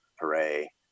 hooray